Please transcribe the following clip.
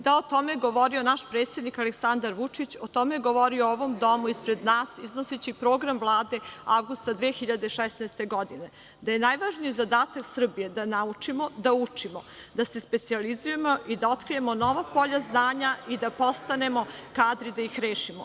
Da, o tome je govorio naš predsednik Aleksandar Vučić, o tome je govorio u ovom domu ispred nas, iznoseći program Vlade avgusta 2016. godine, da je najvažniji zadatak Srbije da naučimo da učimo, da se specijalizujemo i da otkrijemo nova polja znanja i da postanemo kadri da ih rešimo.